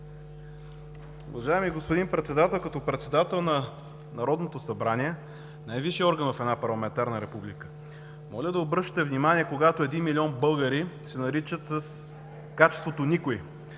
Уважаеми господин Председател, като председател на Народното събрание – най-висшият орган в една парламентарна република, моля да обръщате внимание, когато един милион българи се наричат с качеството „никой“.